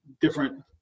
different